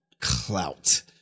clout